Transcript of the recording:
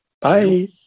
bye